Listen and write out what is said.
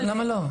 למה לא?